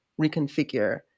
reconfigure